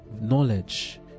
knowledge